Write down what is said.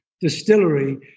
distillery